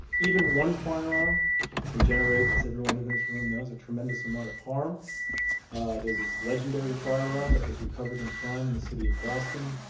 even one firearm can generate, as everyone in this room knows, a tremendous amount of harm. there's this legendary firearm that was recovered in crime in the city of boston.